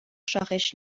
شاخش